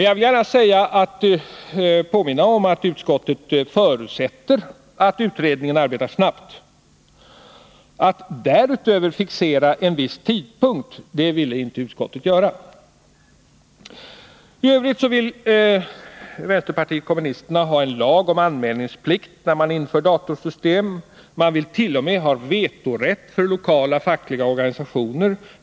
Jag vill påminna om att utskottet förutsätter att utredningen arbetar snabbt. Att därutöver fixera en viss tidpunkt vill utskottet inte göra. I övrigt vill vänsterpartiet kommunisterna ha en lag om anmälningsplikt vid införande av datorsystem. Man villt.o.m. ha vetorätt för lokala fackliga organisationer.